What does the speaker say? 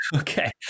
Okay